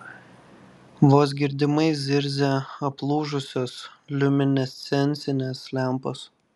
vos girdimai zirzia aplūžusios liuminescencinės lempos